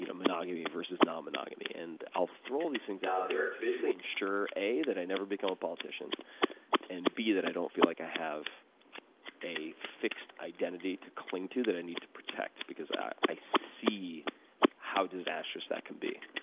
you know monogamy versus non-monogamy, and i'll throw all these things out there to basically ensure a that i never become a politician and b that i don't feel like i have a fixed identity to cling to that i need to protect. because i i see how disastrous that can be.